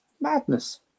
Madness